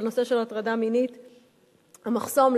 המחסום,